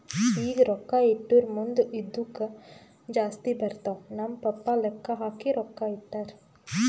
ಈಗ ರೊಕ್ಕಾ ಇಟ್ಟುರ್ ಮುಂದ್ ಇದ್ದುಕ್ ಜಾಸ್ತಿ ಬರ್ತಾವ್ ನಮ್ ಪಪ್ಪಾ ಲೆಕ್ಕಾ ಹಾಕಿ ರೊಕ್ಕಾ ಇಟ್ಟಾರ್